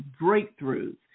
breakthroughs